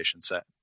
set